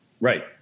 right